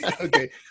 Okay